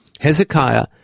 Hezekiah